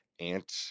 Ant